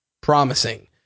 promising